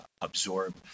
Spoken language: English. absorb